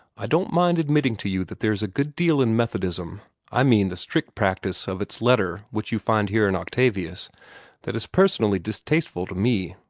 i don't mind admitting to you that there is a good deal in methodism i mean the strict practice of its letter which you find here in octavius that is personally distasteful to me.